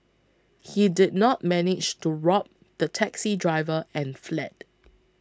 he did not manage to rob the taxi driver and fled